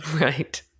Right